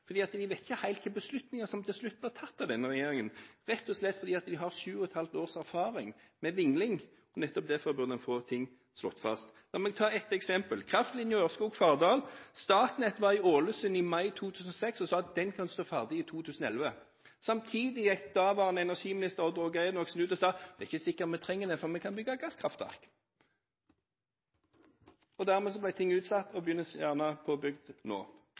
fordi de har sju og et halvt års erfaring med vingling. Nettopp derfor burde en få ting slått fast. La meg ta et eksempel: Kraftlinjen Ørskog–Fardal. Statnett var i Ålesund i mai 2006 og sa at den kan stå ferdig i 2011. Samtidig gikk daværende energiminister Odd Roger Enoksen ut og sa at det ikke er sikkert vi trenger det, for vi kan bygge gasskraftverk. Dermed ble ting utsatt og påbegynnes kanskje nå.